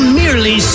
merely